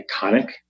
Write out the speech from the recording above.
iconic